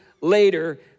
later